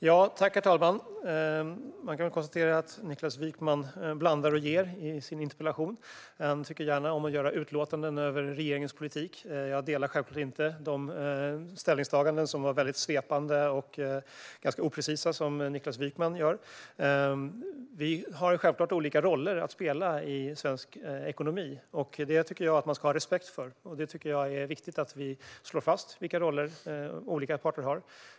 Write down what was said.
Herr talman! Man kan konstatera att Niklas Wykman blandar och ger i sin interpellation. Han tycker om att göra utlåtanden om regeringens politik. Jag delar självklart inte hans ställningstaganden, som är väldigt svepande och ganska oprecisa. Vi har självklart olika roller att spela i svensk ekonomi. Det tycker jag att man ska ha respekt för. Jag tycker att det är viktigt att vi slår fast vilka roller olika parter har.